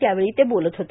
त्यावेळी ते बोलत होते